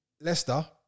Leicester